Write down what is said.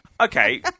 Okay